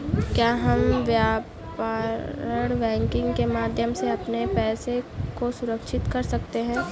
क्या हम व्यापार बैंकिंग के माध्यम से अपने पैसे को सुरक्षित कर सकते हैं?